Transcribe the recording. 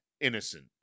innocent